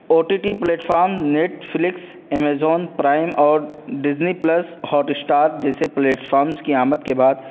او T T platform Netflix Amazon Prime اور Disney plus Hotstar جیسے platforms کی آمد کے بعد